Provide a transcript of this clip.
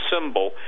symbol